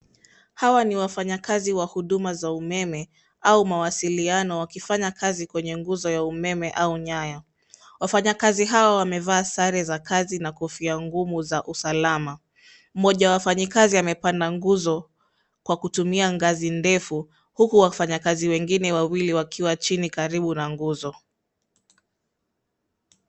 Hawa ni wafanyakazi wa huduma za umeme au mawasiliano wakifanya kazi kwenye nguzo ya umeme au nyaya. Wafanyakazi hawa wamevaa sare za kazi na kofia ngumu za usalama. Moja wa wafanyikazi amepanda nguzo kwa kutumia ngazi ndefu huku wafanyikazi wengine wawili wakiwa chini karibu na nguzo.